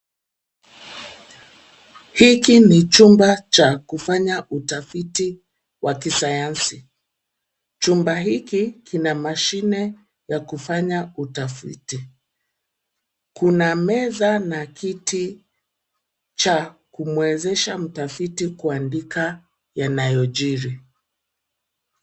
Hiki ni chumba cha kufanya utafiti wa kisayansi, chumba hiki kina mashine ya kufanya utafiti. Kuna meza na kiti cha kumwezesha mtafiti kuandika yanayojiri.